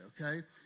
okay